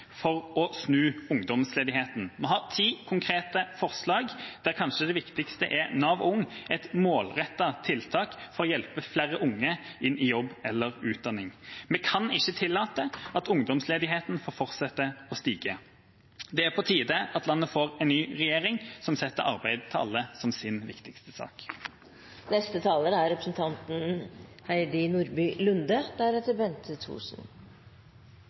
for å snu ungdomsledigheten. Vi har ti konkrete forslag, der kanskje det viktigste er Nav Ung, et målrettet tiltak for å hjelpe flere unge inn i jobb eller utdanning. Vi kan ikke tillate at ungdomsledigheten får fortsette å stige. Det er på tide at landet får en ny regjering som setter arbeid til alle som sin viktigste sak. Tidligere i dag sa representanten